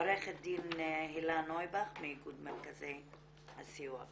עורכת דין הלה נויבך מאיגוד מרכזי הסיוע,